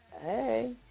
Hey